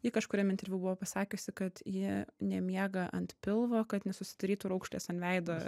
ji kažkuriam interviu buvo pasakiusi kad ji nemiega ant pilvo kad nesusidarytų raukšlės ant veido